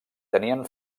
tenien